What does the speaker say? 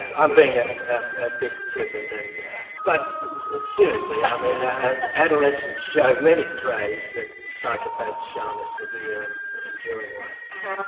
i'm being ah a bit flippant and but seriously, i mean adolescents show many traits that psychopaths show in a severe and enduring way. but all